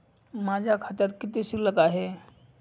माझ्या खात्यात किती शिल्लक आहे?